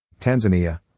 Tanzania